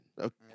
Okay